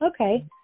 okay